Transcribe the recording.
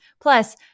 Plus